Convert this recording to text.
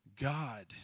God